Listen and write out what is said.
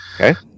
Okay